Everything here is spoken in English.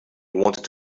wanted